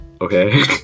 okay